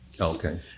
Okay